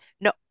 no